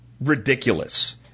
ridiculous